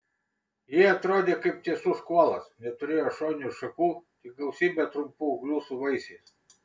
ji atrodė kaip tiesus kuolas neturėjo šoninių šakų tik gausybę trumpų ūglių su vaisiais